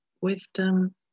wisdom